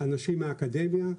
אנשים מהאקדמיה,